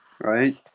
right